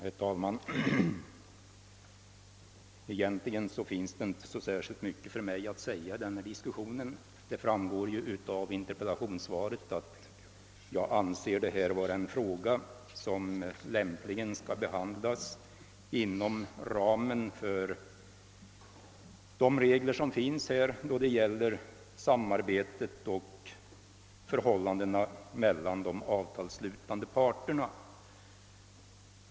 Herr talman! Egentligen finns det inte särskilt mycket för mig att säga i denna diskussion. Det framgår ju av interpellationssvaret att jag anser detta vara en fråga som lämpligen skall behandlas inom ramen för de regler som gäller samarbetet och förhållandena mellan de avtalsslutande parterna.